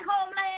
homeland